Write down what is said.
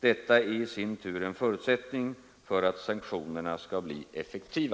Detta är i sin tur en förutsättning för att sanktionerna skall bli effektiva.